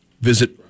visit